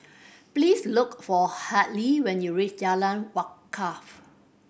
please look for Hartley when you reach Jalan Wakaff